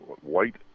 white